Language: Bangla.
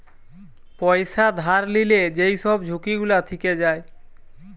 পয়সা ধার লিলে যেই সব ঝুঁকি গুলা থিকে যায়